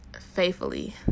faithfully